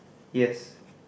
yes